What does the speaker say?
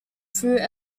through